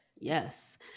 Yes